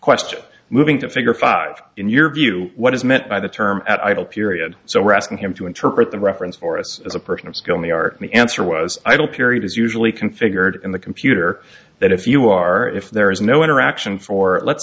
question moving to figure five in your view what is meant by the term at idle period so we're asking him to interpret the reference for us as a person of skill in the art the answer was i don't period is usually configured in the computer that if you are if there is no interaction for let's